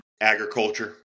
Agriculture